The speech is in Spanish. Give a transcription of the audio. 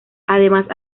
además